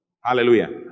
Hallelujah